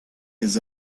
his